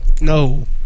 no